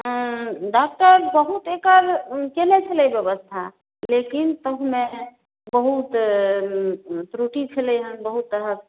doctor बहुत एकर कयने छलै व्यवस्था लेकिन ताहुमे बहुत त्रुटि छलै हेँ बहुत तरहके